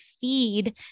feed